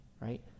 right